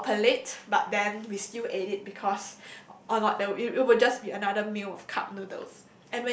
for our pallate but then we still ate it because or not it it will just be another meal of cup noodles